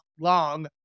long